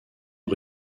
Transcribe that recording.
aux